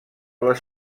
les